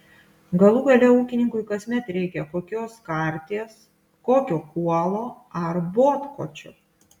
galų gale ūkininkui kasmet reikia kokios karties kokio kuolo ar botkočio